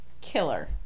killer